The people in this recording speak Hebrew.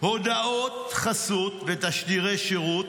הודעות חסות ותשדירי שירות,